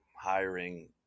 hiring